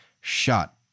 shot